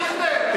דיכטר,